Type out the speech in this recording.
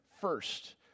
first